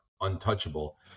untouchable